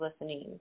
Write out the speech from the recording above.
listening